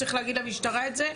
צריך להגיד למשטרה את זה.